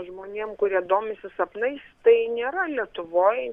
žmonėm kurie domisi sapnais tai nėra lietuvoj